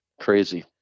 crazy